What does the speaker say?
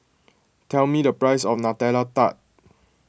tell me the price of Nutella Tart